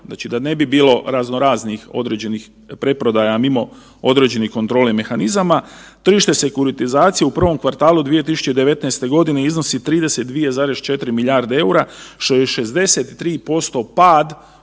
da ne bi bilo raznoraznih određenih preprodaja mimo određene kontrole mehanizama, tržište sekuritizacije u prvom kvartalu 2019. godine iznosi 32,4 milijarde eura što je 63% pad